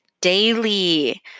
daily